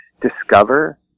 discover